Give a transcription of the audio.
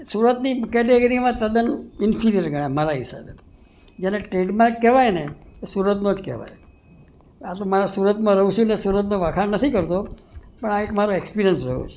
સુરતની કેટેગરીમાં તદ્દન ઇન્ફિરિયર ગણાય મારા હિસાબે જેને ટ્રેડમાર્ક કહેવાય ને એ સુરતનો જ કહેવાય આ તો મારા સુરતમાં રહું છું ને સુરતના વખાણ નથી કરતો પણ આ એક મારો એક્સપિરિયન્સ રહ્યો છે